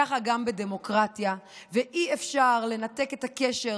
ככה גם בדמוקרטיה, ואי-אפשר לנתק את הקשר